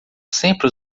sempre